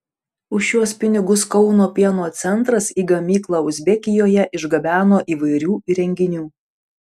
už šiuos pinigus kauno pieno centras į gamyklą uzbekijoje išgabeno įvairių įrenginių